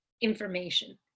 information